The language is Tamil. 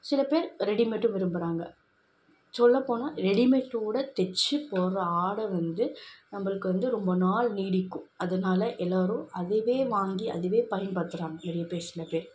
சில பேர் ரெடிமேடும் விரும்புகிறாங்க சொல்லப் போனால் ரெடிமேடோட தைச்சு போடுற ஆடை வந்து நம்மளுக்கு வந்து ரொம்ப நாள் நீடிக்கும் அதனால எல்லோரும் அதுவே வாங்கி அதுவே பயன்படுத்துகிறாங்க நிறைய பேர் சில பேர்